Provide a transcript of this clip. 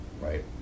right